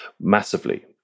massively